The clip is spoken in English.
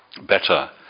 better